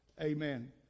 amen